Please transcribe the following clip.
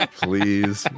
please